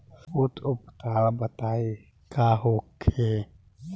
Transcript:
कुछ उपचार बताई का होखे?